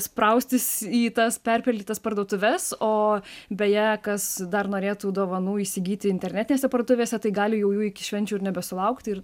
spraustis į tas perpildytas parduotuves o beje kas dar norėtų dovanų įsigyti internetinėse parduotuvėse tai gali jau jų iki švenčių ir nebesulaukti ir